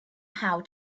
how